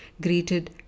greeted